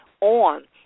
on